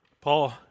Paul